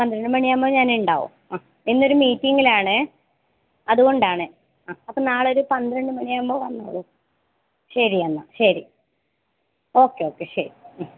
പന്ത്രണ്ട് മണിയാകുമ്പോൾ ഞാനുണ്ടാകും ആ ഇന്നൊരു മീറ്റിങ്ങിലാണ് അതുകൊണ്ടാണ് ആ അപ്പോൾ നാളെയൊരു പന്ത്രണ്ട് മണിയാകുമ്പോൾ വന്നോളു ശരി എന്നാൽ ശരി ഓക്കെ ഓക്കെ ശരി